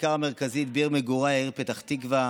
בכיכר המרכזית בעיר מגוריי, העיר פתח תקווה,